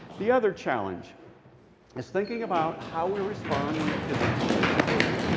the other challenge is thinking about how we respond when kids do misbehave.